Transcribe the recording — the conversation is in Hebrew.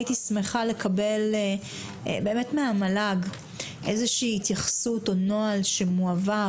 הייתי שמחה לקבל מן המל"ג התייחסות או נוהל שמועבר